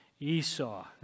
Esau